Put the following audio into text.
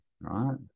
right